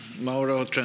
Mauro